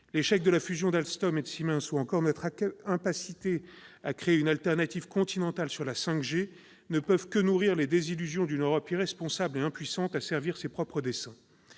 L'échec de la fusion d'Alstom et de Siemens ou encore notre incapacité à créer une alternative continentale dans le domaine de la 5G ne peuvent que nourrir les désillusions d'une Europe irresponsable et impuissante à servir ses propres desseins.